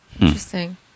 Interesting